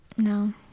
No